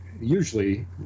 usually